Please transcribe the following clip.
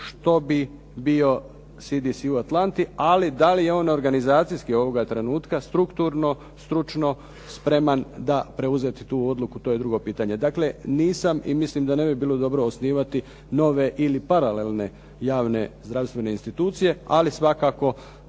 razumije./ … u Atlanti, ali da li je on organizacijski ovoga trenutka, strukturno, stručno spreman preuzeti tu odluku, to je drugo pitanje. Dakle, nisam i mislim da ne bi bilo dobro osnivati nove ili paralelne javne zdravstvene institucije, ali svakako